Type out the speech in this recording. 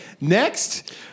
next